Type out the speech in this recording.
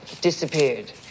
disappeared